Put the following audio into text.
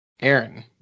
Aaron